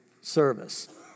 service